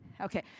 Okay